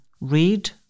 read